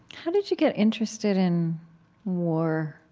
how did you get interested in war?